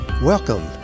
Welcome